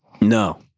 no